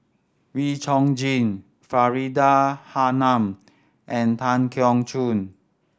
Wee Chong Jin Faridah Hanum and Tan Keong Choon